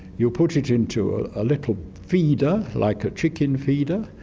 you put it into ah a little feeder like a chicken feeder,